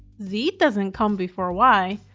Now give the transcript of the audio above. z doesn't come before y.